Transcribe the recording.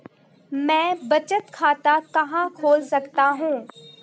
मैं बचत खाता कहां खोल सकता हूं?